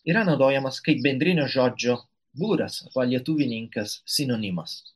yra naudojamas kaip bendrinio žodžio būras arba lietuvininkas sinonimas